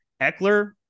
Eckler